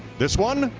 this one,